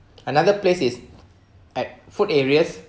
another place is at food areas